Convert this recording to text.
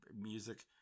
music